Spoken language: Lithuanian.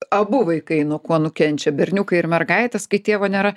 abu vaikai nuo ko nukenčia berniukai ir mergaitės kai tėvo nėra